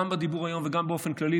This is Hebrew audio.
גם בדיבור היום וגם באופן כללי,